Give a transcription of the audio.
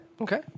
Okay